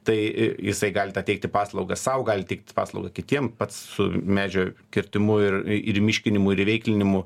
tai jisai gali tą teikti paslaugą sau gali teikti paslaugą kitiem pats su medžio kirtimu ir ir įmiškinimu ir įveiklinimu